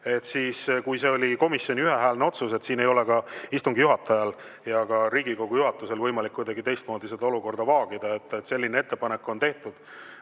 istungil. Kui see oli komisjoni ühehäälne otsus, siis ei ole istungi juhatajal ja ka Riigikogu juhatusel võimalik kuidagi teistmoodi seda olukorda vaagida. Selline ettepanek on tehtud.